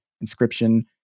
Inscription